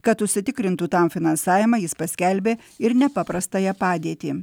kad užsitikrintų tam finansavimą jis paskelbė ir nepaprastąją padėtį